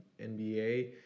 nba